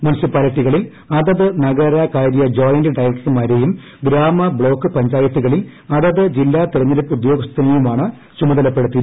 മുനിസിപ്പാലിറ്റികളിൽ അതത് നഗര കാര്യ ജോയിന്റ് ഡയറക്ടർമാരെയും ഗ്രാമബ്ലോക്ക് പഞ്ചായത്തുകളിൽ അതത് ജില്ലാ തെരഞ്ഞെടുപ്പ് ഉദ്യോഗസ്ഥനെയുമാണ് ചുമതലപ്പെടുത്തിയിരിക്കുന്നത്